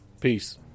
Peace